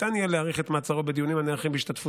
ניתן יהיה להאריך את מעצרו בדיונים הנערכים בהשתתפותו